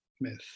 myth